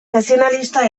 nazionalista